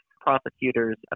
prosecutors